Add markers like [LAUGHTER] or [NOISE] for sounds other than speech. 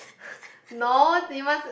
[BREATH] no